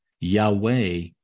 Yahweh